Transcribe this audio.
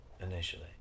initially